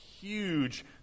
huge